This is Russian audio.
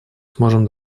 сможем